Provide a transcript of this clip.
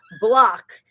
block